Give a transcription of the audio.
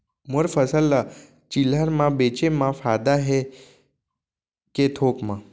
मोर फसल ल चिल्हर में बेचे म फायदा है के थोक म?